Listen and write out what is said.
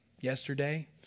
yesterday